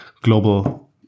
global